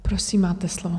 Prosím, máte slovo.